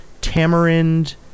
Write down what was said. tamarind